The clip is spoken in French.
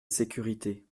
sécurité